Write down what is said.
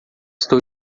estou